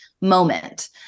moment